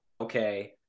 okay